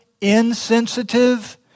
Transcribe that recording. insensitive